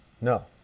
No